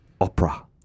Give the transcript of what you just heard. opera